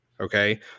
Okay